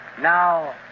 Now